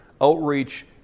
Outreach